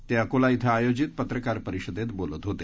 ते अकोला इथं आयोजित पत्रकार परिषदेत बोलत होते